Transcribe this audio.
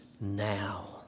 now